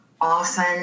often